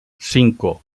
cinco